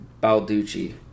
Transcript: Balducci